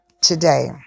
Today